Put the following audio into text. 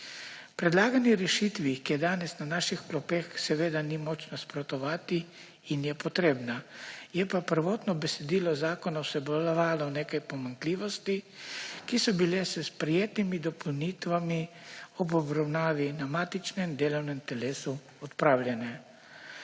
Predlagani rešitvi, ki je danes na naših klopeh, seveda ni moč nasprotovati in je potrebna, je pa prvotno besedilo zakona vsebovalo nekaj pomanjkljivosti, ki so bile s sprejetimi dopolnitvami ob obravnavi na matičnem delovnem telesu odpravljene.